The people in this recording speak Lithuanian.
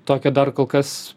tokio dar kol kas